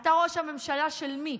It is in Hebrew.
אתה ראש הממשלה של מי?